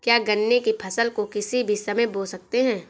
क्या गन्ने की फसल को किसी भी समय बो सकते हैं?